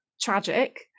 tragic